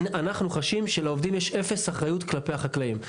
אנחנו חשים שלעובדים יש אפס אחריות כלפי החקלאים.